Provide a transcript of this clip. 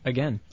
Again